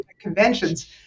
Conventions